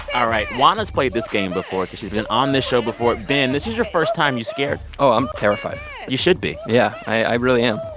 all right, juana's played this game before because she's been on this show before. ben, this is your first time. you scared? oh, i'm terrified you should be yeah, i really am